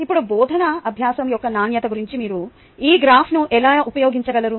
ఇప్పుడు బోధన అభ్యాసం యొక్క నాణ్యత గురించి మీరు ఈ గ్రాఫ్ను ఎలా ఉపయోగించగలరు